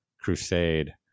crusade